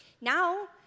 Now